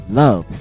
love